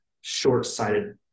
short-sighted